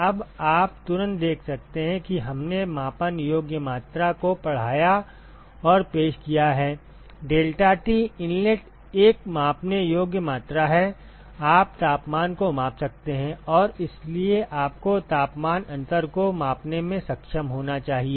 अब आप तुरंत देख सकते हैं कि हमने मापन योग्य मात्रा को पढ़ाया और पेश किया है deltaT इनलेट एक मापने योग्य मात्रा है आप तापमान को माप सकते हैं और इसलिए आपको तापमान अंतर को मापने में सक्षम होना चाहिए